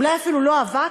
אולי אפילו לא אבק,